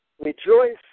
rejoice